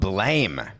Blame